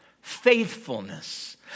Faithfulness